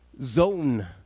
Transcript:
zone